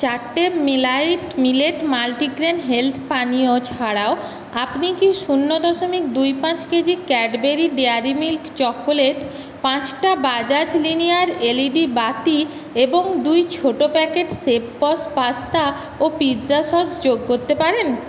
চারটে মেলাইট millet multigrain health পানীয় ছাড়াও আপনি কি শূন্য দশমিক দুই পাঁচ কেজি ক্যাডবেরি ডেয়ারি মিল্ক চকোলেট পাঁচটা বাজাজ লিনিয়ার এলইডি বাতি এবং দুই ছোট প্যাকেট শেফবস পাস্তা ও পিৎজা সস যোগ করতে পারেন